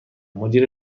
مدیر